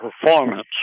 performance